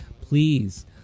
please